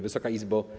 Wysoka Izbo!